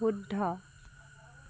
শুদ্ধ